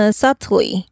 ,subtly